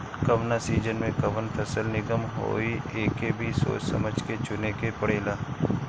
कवना सीजन में कवन फसल निमन होई एके भी सोच समझ के चुने के पड़ेला